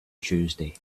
tuesday